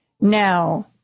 Now